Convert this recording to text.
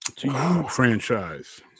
Franchise